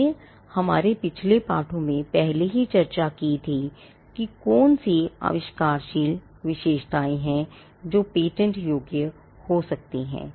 हमने हमारे पिछले पाठों में पहले ही चर्चा की थी कि कौन सी आविष्कारशील विशेषताएं हैं जो पेटेंट योग्य हो सकती हैं